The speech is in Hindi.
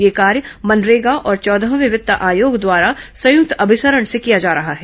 यह कार्य मनरेगा और चौदहवें वित्त आयोग द्वारा संयुक्त अभिसरण से किया जा रहा है